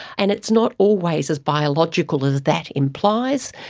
and it's not always as biological as that implies.